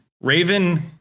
Raven